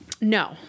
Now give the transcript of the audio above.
No